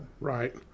right